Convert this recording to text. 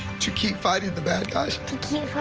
to keep fighting the bad guys to keep trying